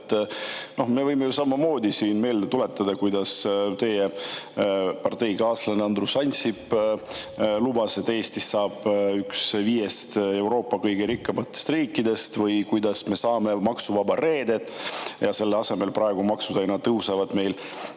Me võime ju samamoodi meelde tuletada, kuidas teie parteikaaslane Andrus Ansip lubas, et Eestist saab üks viiest Euroopa kõige rikkamast riigist, või et me saame maksuvaba reede. Selle asemel praegu maksud meil aina tõusevad.